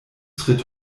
tritt